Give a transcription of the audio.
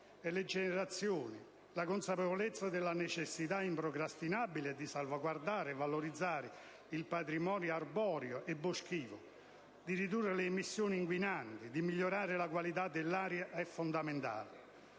generazioni la consapevolezza della necessità improcrastinabile di salvaguardare e valorizzare il patrimonio arboreo e boschivo, di ridurre le emissioni inquinanti, di migliorare la qualità dell'aria è fondamentale;